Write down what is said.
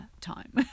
time